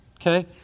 Okay